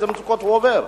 איזה מצוקות הוא עובר.